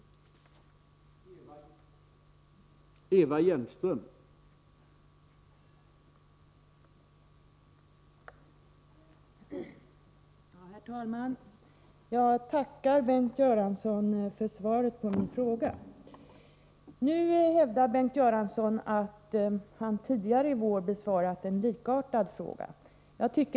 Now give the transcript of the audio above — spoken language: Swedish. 7 ternas ekonomiska situation